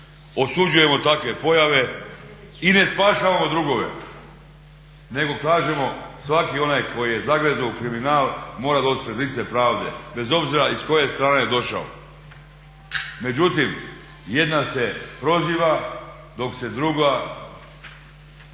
osuđujemo takve pojave i ne spašavamo drugove, nego kažemo svaki onaj koji je zagrezao u kriminal mora doći pred lice pravde bez obzira s koje strane došao. Međutim, jedna se proziva dok se druga